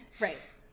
Right